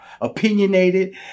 opinionated